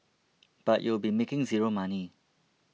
but you'll be making zero money